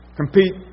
compete